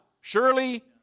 Surely